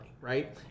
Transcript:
right